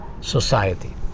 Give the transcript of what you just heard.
society